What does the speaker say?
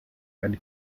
eine